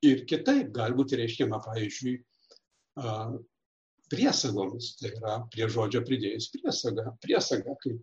ir kitaip gali būti reiškiama pavyzdžiui a priesagomis tai yra prie žodžio pridėjus priesagą priesagą kaip